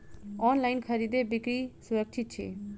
online खरीदै बिक्री सुरक्षित छी